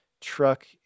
truck